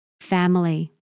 family